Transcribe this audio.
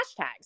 hashtags